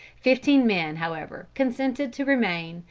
fifteen men however consented to remain,